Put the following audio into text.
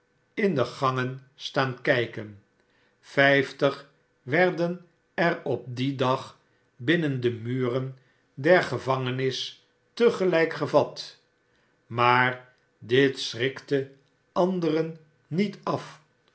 in de gangen staan kijken vijftig werden er op dien dag binnen de muren der gevangenis te gelijk gevat maar dit schrikte anderen niet af